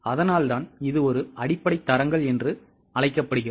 அதனால்தான் இது ஒரு அடிப்படை தரங்கள் என்று அழைக்கப்படுகிறது